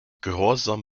gehorsam